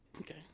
Okay